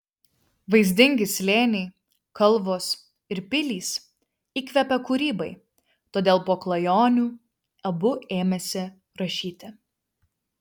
vaizdingi slėniai kalvos ir pilys įkvepia kūrybai todėl po klajonių abu ėmėsi rašyti